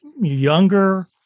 younger